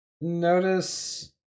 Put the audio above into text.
notice